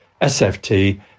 sft